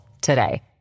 today